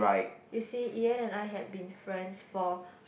you see Ian and I have been friends for